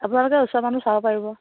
আপোনালোকে ওচৰৰ মানুহ চাব পাৰিব